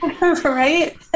Right